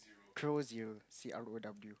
Crows Zero C R O W